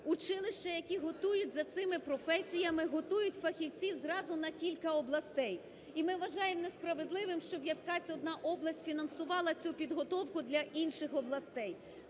Училища, які готують за цими професіями, готують фахівців зразу на кілька областей. І ми вважаємо несправедливим, щоб якась одна область фінансувала цю підготовку для інших областей.